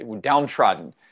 downtrodden